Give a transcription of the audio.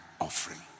Offering